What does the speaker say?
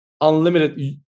unlimited